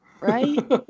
Right